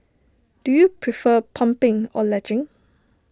do you prefer pumping or latching